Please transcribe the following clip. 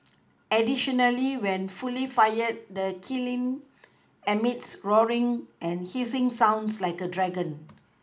additionally when fully fired the kiln emits roaring and hissing sounds like a dragon